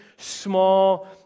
small